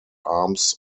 arms